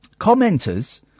Commenters